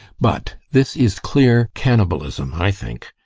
but this is clear cannibalism, i think.